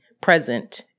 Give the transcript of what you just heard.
present